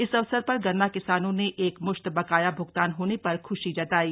इस अवसर पर गन्ना किसानों ने एकम्श्त बकाया भ्गतान होने पर ख्शी जतायी